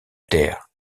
taire